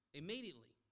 immediately